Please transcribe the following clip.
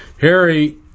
Harry